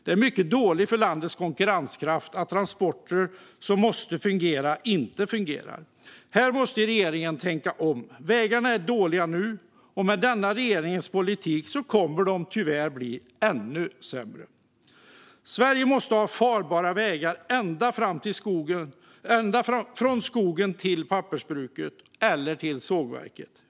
Det är mycket dåligt för landets konkurrenskraft om transporter som måste fungera inte gör det. Här måste regeringen tänka om. Vägarna är dåliga nu, och med regeringens politik kommer de tyvärr att bli ännu sämre. Sverige måste ha farbara vägar ända från skogen till pappersbruket eller sågverket.